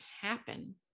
happen